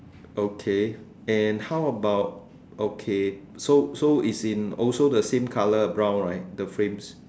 okay and how about okay so so it's in also the same colour brown right the frames